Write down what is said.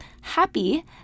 happy